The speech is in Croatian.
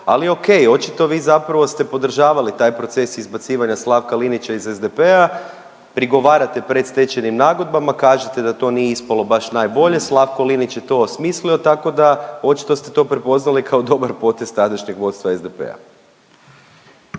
ali ok, očito vi zapravo ste podržavali taj proces izbacivanja Slavka Linića iz SDP-a. Prigovarate predstečajnim nagodbama, kažete da to nije ispalo baš najbolje, Slavko Linić je to osmislio tako da očito ste to prepoznali kao dobar potez tadašnjeg vodstva SDP-a.